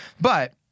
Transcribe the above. but-